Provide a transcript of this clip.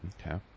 Okay